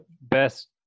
best